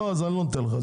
אני לא נותן לך.